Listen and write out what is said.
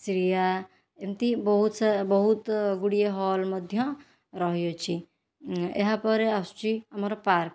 ଶ୍ରୀୟା ଏମିତି ବହୁତ ସାରା ବହୁତ ଗୁଡ଼ିଏ ହଲ୍ ମଧ୍ୟ ରହିଅଛି ଏହା ପରେ ଆସୁଛି ଆମର ପାର୍କ